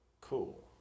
Cool